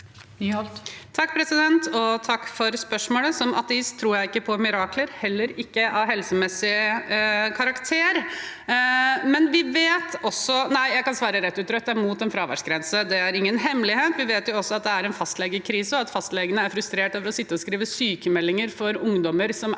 (R) Takk for spørsmål- et. Som ateist tror jeg ikke på mirakler, heller ikke av helsemessig karakter. Jeg kan svare rett ut: Rødt er mot fraværsgrensen. Det er ingen hemmelighet. Vi vet også at det er en fastlegekrise, og at fastlegene er frustrerte over å sitte og skrive sykmeldinger for syke ungdommer som